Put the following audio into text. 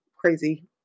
crazy